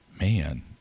man